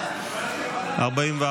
הצבעה.